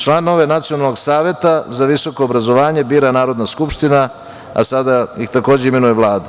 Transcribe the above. Članove Nacionalnog saveta za visoko obrazovanje bira Narodna skupština, a sada ih takođe imenuje Vlada.